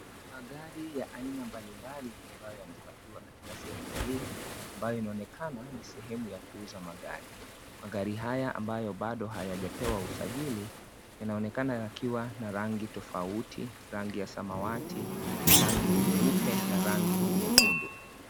Magari ya aina mbalibali ambayo yamepakiwa katika sehemu hii, ambayo yanonekana ni sehemu ya kuuza magari. Magari haya ambayo bado hayajapewa usajili, yanonekana yanakiwa na rangi tofauti, rangi ya samawati, rangi nyeupe na rangi nyekundu.